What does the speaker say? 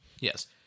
yes